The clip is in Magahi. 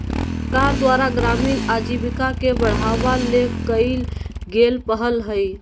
सरकार द्वारा ग्रामीण आजीविका के बढ़ावा ले कइल गेल पहल हइ